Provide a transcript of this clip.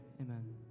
Amen